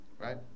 Right